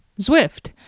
Zwift